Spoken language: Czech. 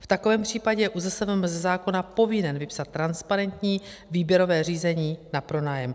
V takovém případě je ÚZSVM ze zákona povinen vypsat transparentní výběrové řízení na pronájem.